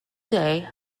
day